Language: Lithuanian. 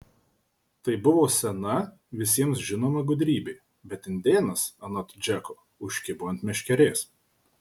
tai buvo sena visiems žinoma gudrybė bet indėnas anot džeko užkibo ant meškerės